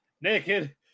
naked